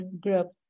group